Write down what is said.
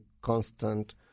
constant